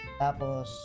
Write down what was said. Tapos